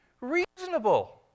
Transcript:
reasonable